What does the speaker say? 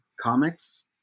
comics